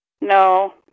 No